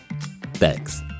thanks